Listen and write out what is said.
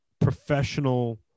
professional